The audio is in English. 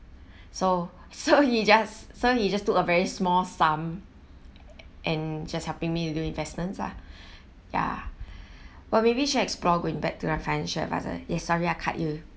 so so he just so he just took a very small sum and just helping me to do investments ah ya well maybe should explore going back to the financial advisor ya sorry I cut you